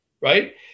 right